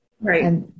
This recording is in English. Right